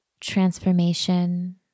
transformation